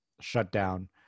shutdown